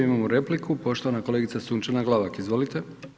Imamo repliku, poštovana kolegica Sunčana Glavak, izvolite.